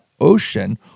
Ocean